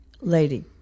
lady